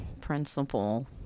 principle